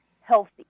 healthy